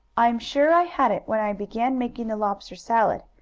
i'm sure i had it, when i began making the lobster salad,